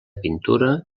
pintura